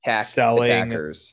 selling